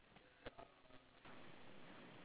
got nothing ah so we move on to the